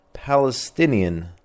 palestinian